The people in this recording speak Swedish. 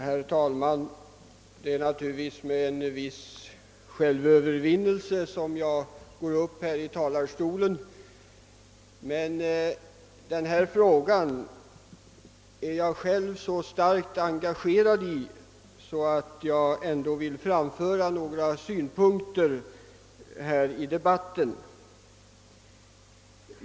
Herr talman! Det är med en viss självövervinnelse som jag går upp i talarstolen. Jag är dock själv så starkt engagerad i denna fråga, att jag ändå vill anföra några synpunkter i debatten.